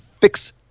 fix